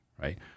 right